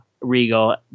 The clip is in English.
regal